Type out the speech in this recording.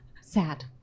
sad